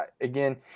Again